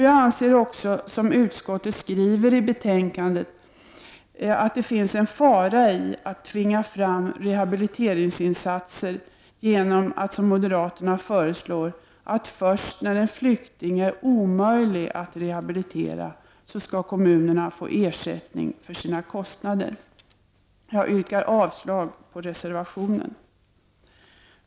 Jag anser också, vilket utskottet skriver i betänkandet, att det finns en fara i att tvinga fram rehabiliteringsinsatser genom att, som moderaterna föreslår, kommunerna skall få ersättning för sina kostnader först när en flykting är omöjlig att rehabilitera. Jag yrkar avslag på reservationen.